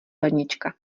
lednička